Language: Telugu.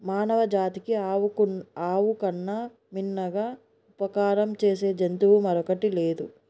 మానవ జాతికి ఆవుకు ఆవు కన్నా మిన్నగా ఉపకారం చేసే జంతువు మరొకటి లేదు